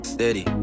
Steady